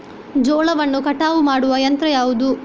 ಜೋಳವನ್ನು ಕಟಾವು ಮಾಡುವ ಯಂತ್ರ ಯಾವುದು?